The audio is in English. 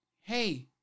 hey